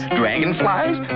dragonflies